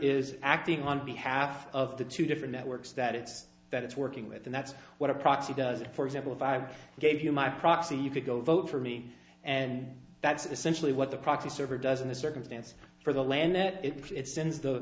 is acting on behalf of the two different networks that it's that it's working with and that's what a proxy does it for example five gave you my proxy you could go vote for me and that's essentially what the proxy server doesn't the circumstance for the land that it sends the